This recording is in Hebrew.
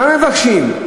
מה מבקשים?